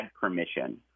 permission